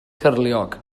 cyrliog